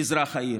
מזרח העיר.